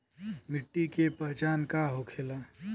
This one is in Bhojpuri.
मिट्टी के पहचान का होखे ला?